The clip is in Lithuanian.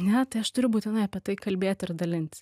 ane tai aš turiu būtinai apie tai kalbėti ir dalintis